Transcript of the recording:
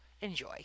enjoy